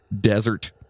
desert